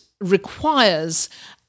requires